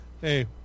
Hey